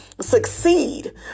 succeed